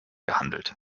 gehandelt